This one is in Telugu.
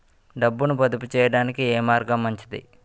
డబ్బు పొదుపు చేయటానికి ఏ మార్గం మంచిది?